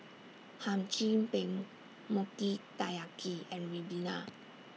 Hum Chim Peng Mochi Taiyaki and Ribena